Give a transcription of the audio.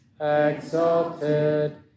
exalted